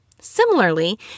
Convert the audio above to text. Similarly